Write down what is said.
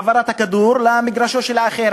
העברת הכדור למגרשו של האחר,